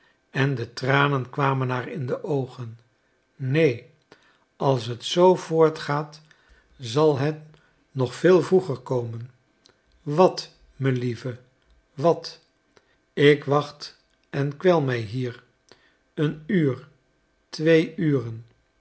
en de tranen kwamen haar in de oogen neen als het zoo voortgaat zal het nog veel vroeger komen wat melieve wat ik wacht en kwel mij hier een uur twee uren